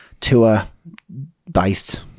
tour-based